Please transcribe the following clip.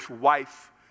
wife